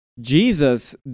Jesus